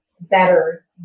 better